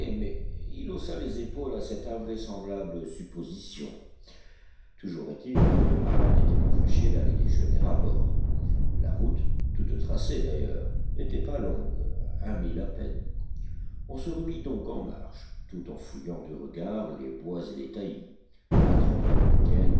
mais il haussa les épaules à cette invraisemblable supposition toujours est-il que le marin n'était pas fâché d'aller déjeuner à bord la route toute tracée d'ailleurs n'était pas longue un mille à peine on se remit donc en marche tout en fouillant du regard les bois et les taillis à travers lesquels